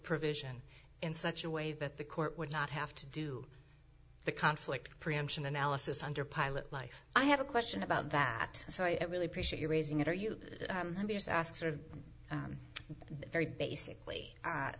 provision in such a way that the court would not have to do the conflict preemption analysis under pilot life i have a question about that so i really appreciate your raising it are you ask sort of very basically